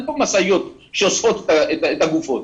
אין פה משאיות שאוספות את הגופות.